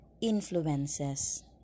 influences